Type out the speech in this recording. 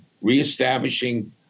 reestablishing